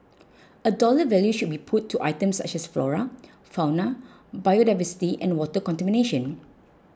a dollar value should be put to items such as flora fauna biodiversity and water contamination